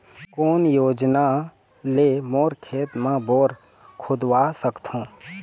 कोन योजना ले मोर खेत मा बोर खुदवा सकथों?